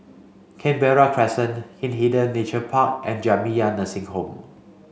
Canberra Crescent Hindhede Nature Park and Jamiyah Nursing Home